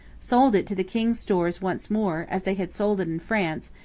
sold it to the king's stores once more, as they had sold it in france,